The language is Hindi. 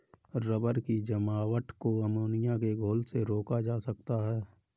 रबर की जमावट को अमोनिया के घोल से रोका जा सकता है